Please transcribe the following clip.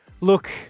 look